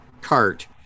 cart